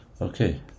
Okay